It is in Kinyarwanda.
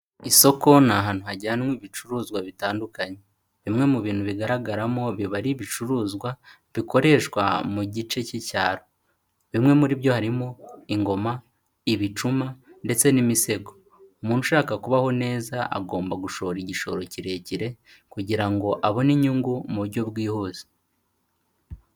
Isoko ni ahantu hajyanwa ibicuruzwa bitandukanye. Bimwe mu bintu bigaragaramo biba ari ibicuruzwa bikoreshwa mu gice cy'icyaro. Bimwe muri byo harimo ingoma, ibicuma ndetse n'imisego. Umuntu ushaka kubaho neza, agomba gushora igishoro kirekire kugira ngo abone inyungu mu buryo bwihuse.